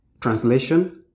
Translation